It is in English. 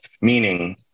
Meaning